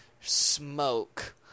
Smoke